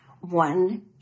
one